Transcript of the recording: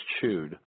chewed